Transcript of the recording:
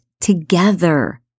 together